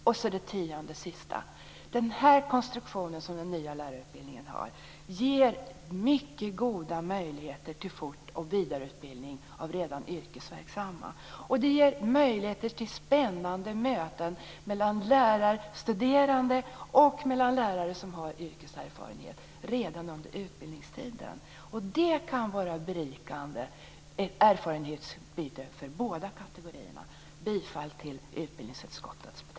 För det tionde: Den nya lärarutbildningens konstruktion ger mycket goda möjligheter till fort och vidareutbildning av redan yrkesverksamma. Möjligheter ges till spännande möten mellan lärarstuderande och lärare som har yrkeserfarenhet redan under utbildningstiden. Detta kan vara ett berikande erfarenhetsutbyte för båda kategorierna.